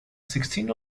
sixteen